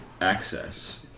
access